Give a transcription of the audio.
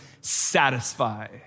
satisfy